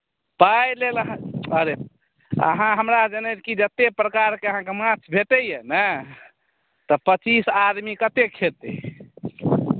पाइ लेल अहाँ अरे अहाँ हमरा जनैत कि जत्तेक प्रकारके अहाँकेँ माछ भेटैए ने तऽ पच्चीस आदमी कतेक खेतै